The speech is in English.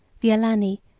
the alani,